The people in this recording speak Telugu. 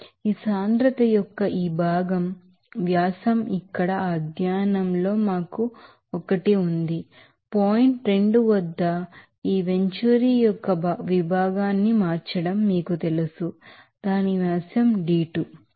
ఈ సాంద్రత యొక్క ఈ భాగం యొక్క వ్యాసం ఇక్కడ ఈ అధ్యయనంలో మాకు ఒకటి ఉంది పాయింట్ 2 వద్ద ఈ వెంచర్ యొక్క విభాగాన్ని మార్చడం మీకు తెలుసు దాని వ్యాసం d2